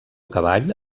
cavall